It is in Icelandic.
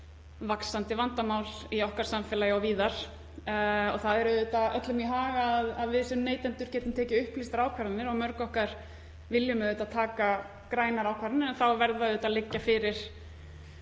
vaxandi vandamál í okkar samfélagi og víðar. Það er öllum í hag að við sem neytendur getum tekið upplýstar ákvarðanir og mörg okkar viljum taka grænar ákvarðanir en þá verða auðvitað að liggja fyrir